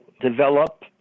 develop